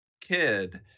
kid